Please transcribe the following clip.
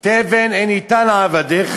"תבן אין נִתן לעבדיך